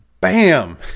bam